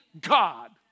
God